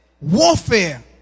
warfare